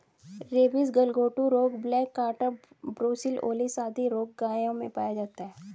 rabies, गलघोंटू रोग, black quarter, brucellosis आदि रोग गायों में पाया जाता है